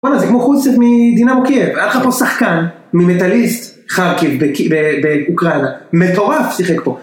וואלה זה כמו חוץ מדינמו קייב, היה לך פה שחקן ממטאליסט חרקיף באוקראינה, מטורף שיחק פה